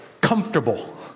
comfortable